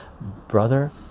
Brother